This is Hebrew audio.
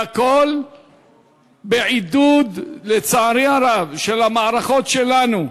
והכול בעידוד, לצערי הרב, של המערכות שלנו,